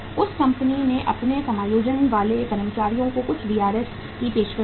उस कंपनी ने अपने समायोजन वाले कर्मचारियों को कुछ वीआरएस की पेशकश की